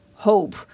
hope